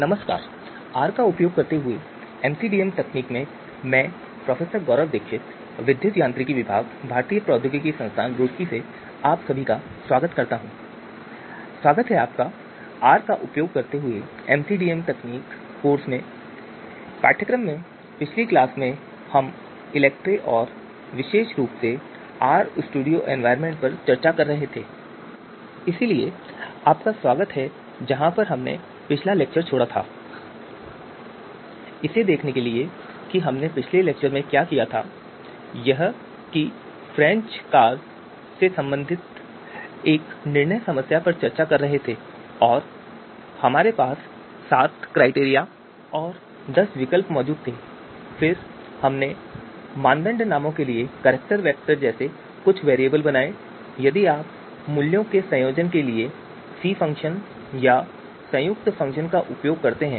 नमस्कार स्वागत है आपका आर का प्रयोग करते हुए एम सी डी एम तकनीक कोर्स में पाठ्यक्रम में पिछली क्लास में हम इलेक्ट्री और विशेष रुप से आर स्टूडियो एनवायरमेंट पर पर चर्चा कर रहे थे इसीलिए आपका स्वागत है जहां पर हमने पिछला लेक्चर छोड़ा था इसे देखने के लिए कि हमने पिछले लेक्चर में क्या किया था यह French Carsकी क्रम संबंधी निर्णय समस्या पर चर्चा कर रहे थे और हमारे पास 7 क्राइटेरिया और 10 विकल्प मौजूद थे I फिर हमने मानदंड नामों के लिए कैरेक्टर वेक्टर जैसे कुछ वेरिएबल बनाए यदि आप मूल्यों के संयोजन के लिए c फ़ंक्शन या संयुक्त फ़ंक्शन का उपयोग करते हैं